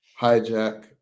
Hijack